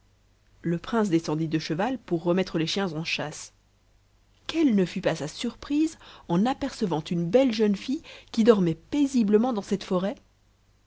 le prince descendit de cheval pour remettre les chiens en chasse quelle ne fut pas sa surprise en apercevant une belle jeune fille qui dormait paisiblement dans cette forêt